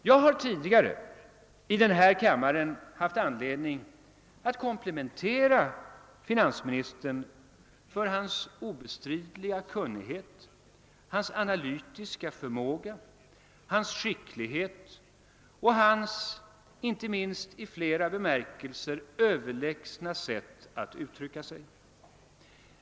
Jag har tidigare i denna kammare haft anledning att komplementera finansministern för hans obestridliga kunnighet, hans analytiska förmåga, hans skicklighet och inte minst hans i flera bemärkelser överlägsna sätt att uttrycka sig.